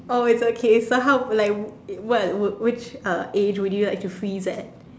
oh it's okay so how like what would which uh age would you like to freeze at